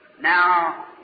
Now